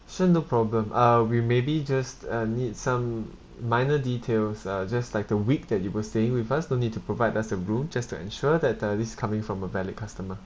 sure no problem uh we maybe just uh need some minor details uh just like the week that you were staying with us no need to provide us the room just to ensure that uh this is coming from a valid customer